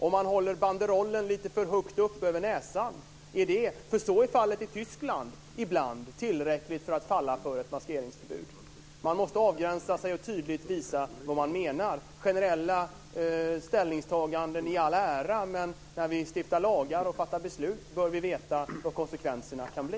Om man håller banderollen lite för högt upp över näsan - är det tillräckligt för att falla under ett maskeringsförbud? Så är fallet i Tyskland ibland. Man måste avgränsa sig och tydligt visa vad man menar. Generella ställningstaganden i all ära, men när vi stiftar lagar och fattar beslut bör vi veta vad konsekvenserna kan bli.